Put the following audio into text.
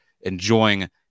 enjoying